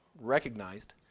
recognized